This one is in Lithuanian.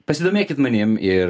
pasidomėkit manim ir